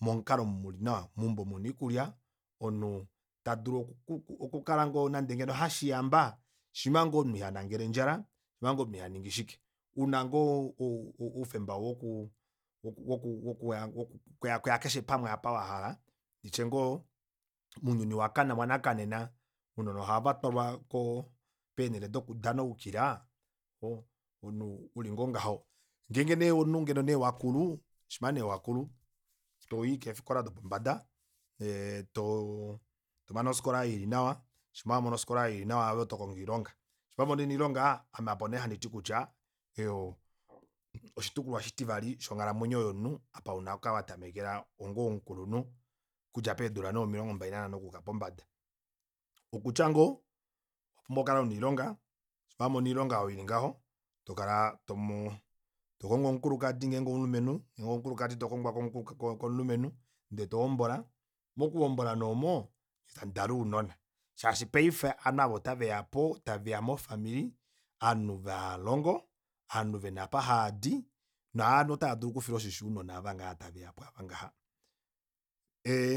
Momukalo uli nawa meumbo muna oikulya omunhu tadulu okukala nande ngeno hashiyamba shima ngoo omunhu ihanangele ondjala shima ngoo omunhu ihaningi shike una ngoo o- o oufemba woku woku yako ya wokuya keshe pamwe apa wahala nditye ngoo mounyuni wanakanena ounona ohava twalwa koo keenele doku danaukilwa omunhu oo uli ngoo ngaho ngeenge nee omunhu ngee wakulu shima nee wakulu toyi keefikola dopombada ee too tomane ofikola oyo ili nawa shima wamane ofikola oyo ili nawa ove otokongo oilonga shima wamono oilonga eiyi oyo nee handiti kutya eyi oshitukulwa oshitivali shonghalamwenyo shonghalamwenyo yomunhu apa una okukala watamekela onga omukulunhu okudja peedula nee omilongo mbali nhanano okuuka pombada okutya ngoo owapumbwa oku kala una oilonga shima wamono oilonga oyo ili ngaho tokala tomo tokongo omukulukadi ngeenge omulumenhu ngeenge omukulukadi tokongwa komulumenhu ndee tohombola mokuhombola nee omo tamu dala ounona shaashi paife ovanhu aava ota veyapo taveya mofamili ovanhu vaa havalongo ovanhu vena apa havadi novanhu otava dulu okufilwa oshisho ounona ava ngaha taveyapo ava ngaha ee